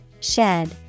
Shed